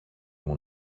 μου